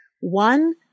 One